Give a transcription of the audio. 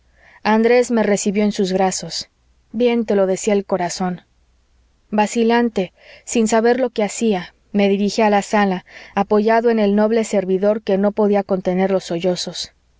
andrés me recibió en sus brazos bien te lo decía el corazón vacilante sin saber lo que hacía me dirigí a la sala apoyado en el noble servidor que no podía contener los sollozos